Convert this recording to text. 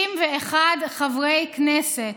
61 חברי כנסת,